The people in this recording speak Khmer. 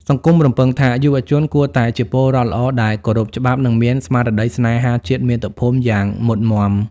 សង្គមរំពឹងថា យុវជនគួរតែ "ជាពលរដ្ឋល្អដែលគោរពច្បាប់" និងមានស្មារតីស្នេហាជាតិមាតុភូមិយ៉ាងមុតមាំ។